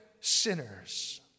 sinners